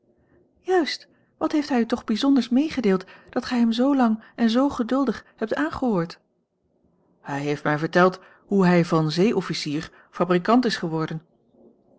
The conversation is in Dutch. juist wat heeft hij u toch bijzonders meegedeeld dat gij hem zoolang en zoo geduldig hebt aangehoord hij heeft mij verteld hoe hij van zee officier fabrikant is geworden